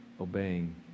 obeying